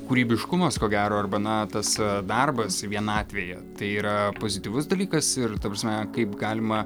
kūrybiškumas ko gero arba na tas darbas vienatvėje tai yra pozityvus dalykas ir ta prasme kaip galima